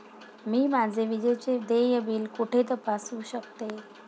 मी माझे विजेचे देय बिल कुठे तपासू शकते?